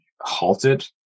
halted